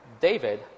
David